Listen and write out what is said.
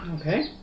Okay